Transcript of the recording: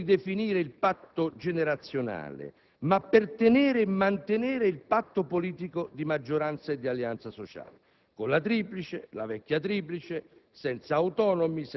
riscrive pensioni e *welfare*, non per ridefinire il patto generazionale, ma per tenere e mantenere il patto politico di maggioranza e di alleanza sociale